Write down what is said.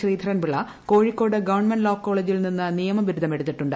Sreedharan Pillai Kozhikode government law കോളേജിൽ നിന്ന് നിയമ ബിരുദം എടുത്തിട്ടുണ്ട്